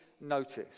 notice